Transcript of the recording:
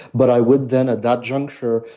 but i would then at that juncture,